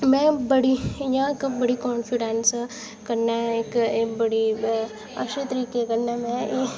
में बड़ी इं'या बड़ी कान्फिडैंस कन्नै इक्क एह् बड़ी अच्छे तरीकै कन्नै में एह्